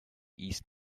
east